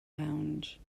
lounge